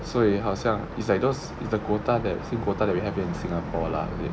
所以好像 it's like those it's the quota that same quota that we have in singapore lah is it